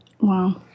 Wow